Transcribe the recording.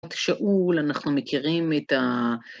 שאול, אנחנו מכירים את ה...